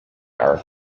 are